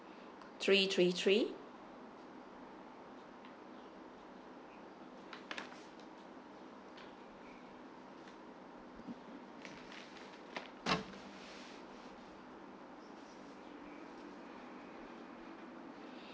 three three three